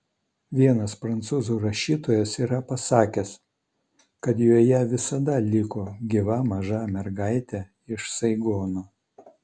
vienas prancūzų rašytojas yra pasakęs kad joje visada liko gyva maža mergaitė iš saigono